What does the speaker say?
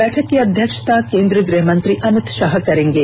बैठक की अध्यक्षता केन्द्रीय गृहमंत्री अमित शाह करेंगे